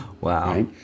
Wow